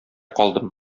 калдым